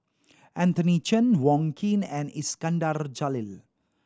Anthony Chen Wong Keen and Iskandar Jalil